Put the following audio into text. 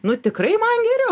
nu tikrai man geriau